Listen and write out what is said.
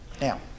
Now